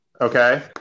okay